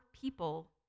people